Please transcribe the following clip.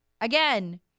Again